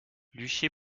luché